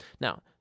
Now